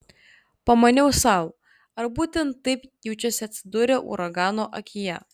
pamaniau sau ar būtent taip jaučiasi atsidūrę uragano akyje